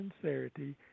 sincerity